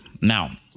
now